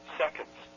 seconds